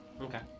okay